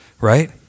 right